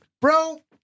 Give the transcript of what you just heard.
Bro